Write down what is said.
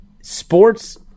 sports